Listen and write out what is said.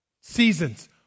seasons